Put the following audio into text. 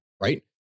right